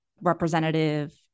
representative